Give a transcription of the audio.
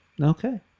Okay